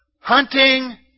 Hunting